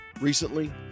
Recently